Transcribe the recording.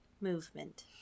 movement